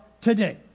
today